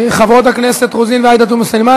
חברות הכנסת רוזין ועאידה תומא סלימאן,